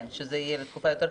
יתארך עוד.